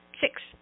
Six